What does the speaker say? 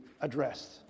addressed